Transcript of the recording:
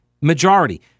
majority